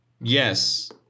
Yes